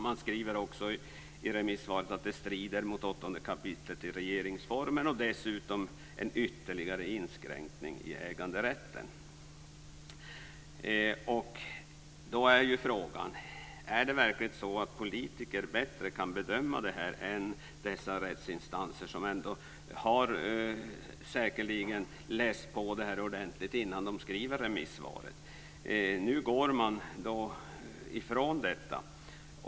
Man skriver också i remissvaren att det strider mot regeringsformen 8 kap. samtidigt som det är en ytterligare inskränkning i äganderätten. Då är frågan: Är det verkligen så att politiker bättre kan göra en sådan bedömning än dessa rättsinstanser som säkerligen har läst på frågan ordentligt innan de skriver remissvaren. Nu går man ifrån detta.